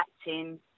acting